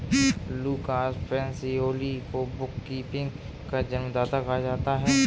Lucas Pacioli को book keeping का जन्मदाता कहा जाता है